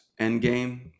Endgame